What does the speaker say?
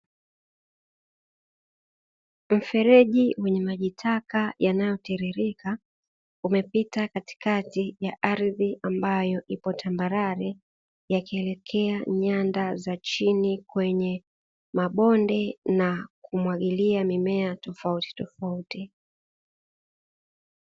Mfereji wenye majitaka yanayo tiririka umepita katikati ya ardhi, ambayo iko tambarare yakielekea nyanda za chini kwenye mabonde na kumwagilia mimea tofauti tofauti.